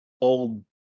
old